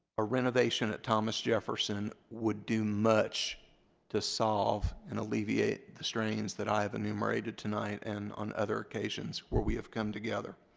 a renovation at thomas jefferson would do much to solve and alleviate the strains that i have enumerated tonight and on other occasions where we have come together.